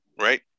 Right